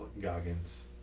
Goggins